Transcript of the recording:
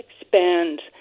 expand